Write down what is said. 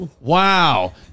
Wow